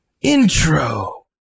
Intro